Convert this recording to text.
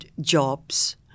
jobs